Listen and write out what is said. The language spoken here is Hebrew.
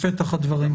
האוצר.